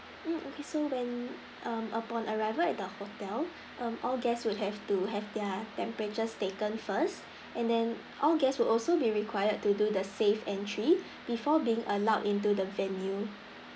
mm okay so when um upon arrival at the hotel um all guest would have to have their temperatures taken first and then all guests would also be required to do the safe entry before being allowed into the venue